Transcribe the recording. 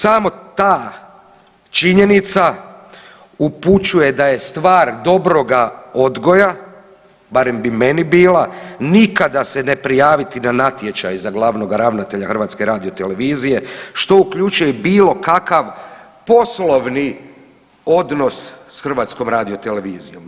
Samo ta činjenica upućuje da je stvar dobroga odgoja, barem bi meni bila, nikada se ne prijaviti na natječaj za glavnog ravnatelja HRT-a, što uključuje bilo kakav poslovni odnos s HRT-om.